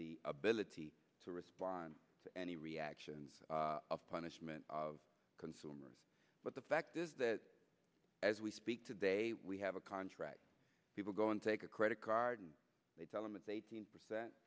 the ability to respond to any reactions of punishment of consumers but the fact is that as we speak today we have a contract people go and take a credit card and they tell them it's eighteen percent